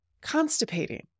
constipating